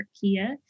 Kia